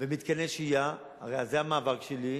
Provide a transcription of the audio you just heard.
ומתקני שהייה, הרי זה המאבק שלי,